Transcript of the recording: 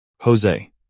Jose